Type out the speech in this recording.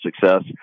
success